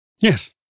Yes